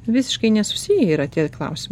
visiškai nesusiję yra tie klausimai